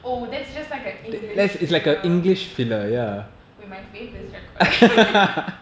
oh that's just like a english filler wait my face is recording